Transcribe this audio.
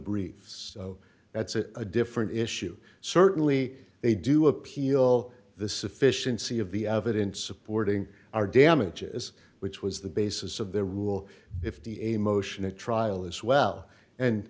briefs that's a different issue certainly they do appeal the sufficiency of the evidence supporting our damages which was the basis of the rule if the a motion a trial as well and